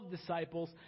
disciples